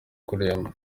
kuremba